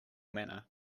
manner